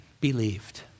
believed